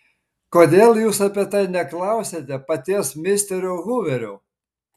kodėl jūs apie tai neklausiate paties misterio huverio